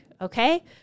Okay